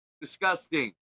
Disgusting